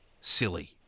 silly